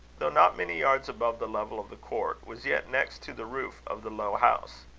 though not many yards above the level of the court, was yet next to the roof of the low house.